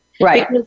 Right